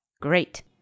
Great